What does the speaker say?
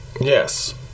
yes